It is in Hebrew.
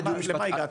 למה הגעתם?